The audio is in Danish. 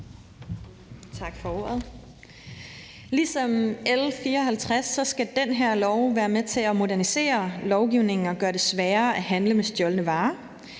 Tak for ordet. Ligesom L 54 skal det her lovforslag være med til at modernisere lovgivningen og gøre det sværere at handle med stjålne varer.